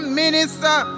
minister